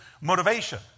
motivation